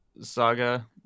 saga